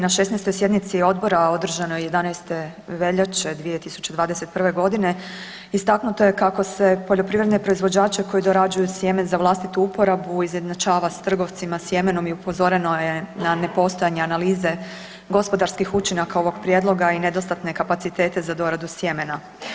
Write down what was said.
Na 16. sjednici odbora održanoj 11. veljače 2021.g. istaknuto je kako se poljoprivredne proizvođače koji dorađuju sjeme za vlastitu uporabu izjednačava s trgovcima sjemenom i upozoreno je na nepostojanje analize gospodarskih učinaka ovog prijedloga i nedostatne kapacitete za doradu sjemena.